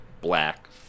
black